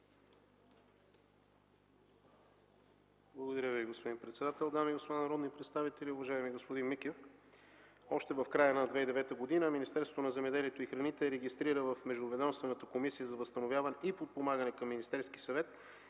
Благодаря Ви, господин председател. Дами и господа народни представители, уважаеми господин Микев! Още в края на 2009 г. Министерството на земеделието и храните регистрира в Междуведомствената комисия за възстановяване и подпомагане към Министерския съвет